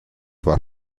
war